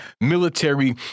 military